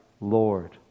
Lord